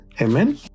Amen